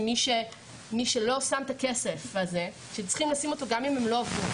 מי שלא שם את הכסף הזה שצריך לשים אותו גם אם הם לא עבדו,